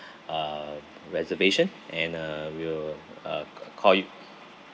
uh reservation and uh we will uh c~ call you